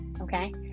okay